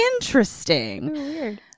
interesting